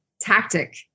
tactic